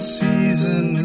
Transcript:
season